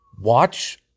watch